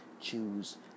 choose